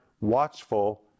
watchful